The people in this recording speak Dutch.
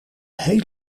heel